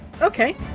Okay